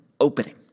opening